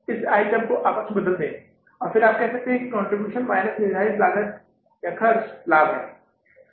इस आइटम को आपस में बदल दे और फिर आप कह सकते हैं कि कंट्रीब्यूशन माइनस निर्धारित लागतखर्च लाभ है